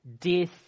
death